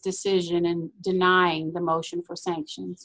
decision and denying the motion for sanctions